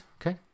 Okay